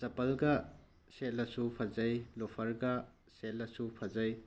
ꯆꯝꯄꯜꯒ ꯁꯦꯠꯂꯁꯨ ꯐꯖꯩ ꯂꯣꯐꯔꯒ ꯁꯦꯠꯂꯁꯨ ꯐꯖꯩ